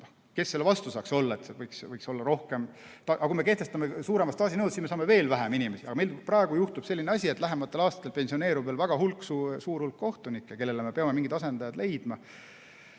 Kes selle vastu saaks olla, et selles ametis võiks kogemust olla rohkem. Aga kui me kehtestame suurema staaži nõude, siis me saame veel vähem inimesi. Praegu juhtub selline asi, et lähematel aastatel pensioneerub väga suur hulk kohtunikke, kellele me peame mingid asendajad leidma.